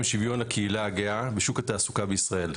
שוויון לקהילה הגאה בשוק התעסוקה בישראל.